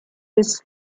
his